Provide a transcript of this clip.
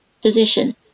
position